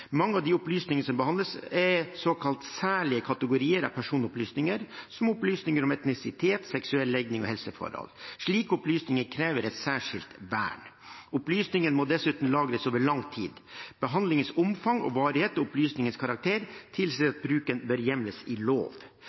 Mange av de opplysningene som behandles, er såkalt særlige kategorier av personopplysninger, som opplysninger om etnisitet, seksuell legning og helseforhold. Slike opplysninger krever et særskilt vern. Opplysninger må dessuten lagres over lang tid. Behandlingens omfang og varighet og opplysningens karakter tilsier at bruken bør hjemles i lov.